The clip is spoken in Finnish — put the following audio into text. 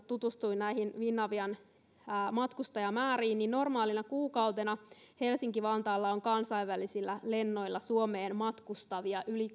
tutustuin näihin finavian matkustajamääriin ja normaalina kuukautena helsinki vantaalla on kansainvälisillä lennoilla suomeen matkustavia yli